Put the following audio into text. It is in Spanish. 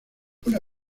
una